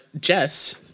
Jess